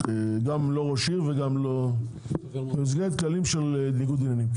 גם לא ראש עיר וגם לא במסגרת כללים של ניגוד עניינים.